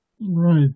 Right